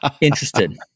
interested